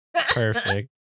Perfect